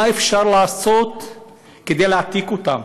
מה אפשר לעשות כדי להעתיק אותם?